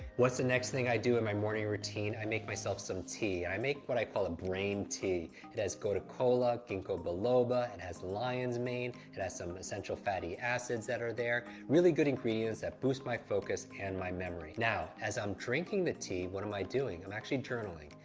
what's the next thing i do in my morning routine? i make myself some tea. i make what i call a brain tea. it has gotu kola, ginkgo biloba and has lion's mane. it has some essential fatty acids that are there, really good ingredients that boost my focus and my memory. now, as i'm drinking the tea, what am i doing? i'm actually journaling.